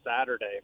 Saturday